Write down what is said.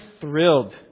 thrilled